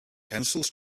pencils